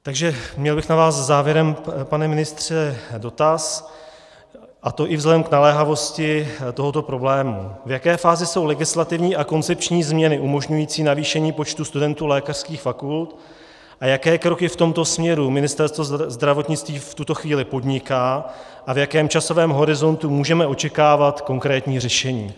Takže měl bych na vás závěrem, pane ministře, dotaz, a to i vzhledem k naléhavosti tohoto problému, v jaké fázi jsou legislativní a koncepční změny umožňující navýšení počtu studentů lékařských fakult, jaké kroky v tomto směru Ministerstvo zdravotnictví v tuto chvíli podniká a v jakém časovém horizontu můžeme očekávat konkrétní řešení.